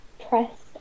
pressed